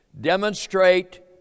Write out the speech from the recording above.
demonstrate